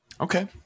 Okay